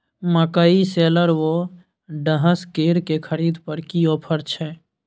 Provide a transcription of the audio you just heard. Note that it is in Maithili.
मकई शेलर व डहसकेर की खरीद पर की ऑफर छै?